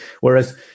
Whereas